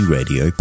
Radio